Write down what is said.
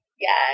yes